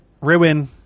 Ruin